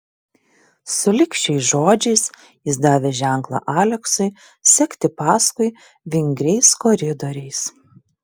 sulig šiais žodžiais jis davė ženklą aleksui sekti paskui vingriais koridoriais